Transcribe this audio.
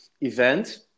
event